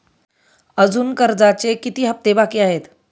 अजुन कर्जाचे किती हप्ते बाकी आहेत?